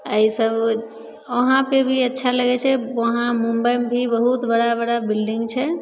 अइ सभ उहाँपर भी अच्छा लगय छै उहाँ मुम्बइमे भी बहुत बड़ा बड़ा बिल्डिंग छै